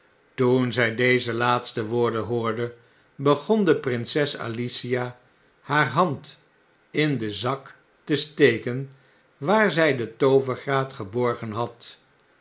toen zy deze laatste woorden hoorde begon de prinses alicia haar hand in den zak te steken waar zjj de toovergraat geborgen had